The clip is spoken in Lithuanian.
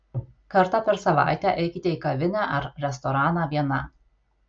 kartą per savaitę eikite į kavinę ar restoraną viena